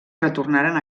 retornaren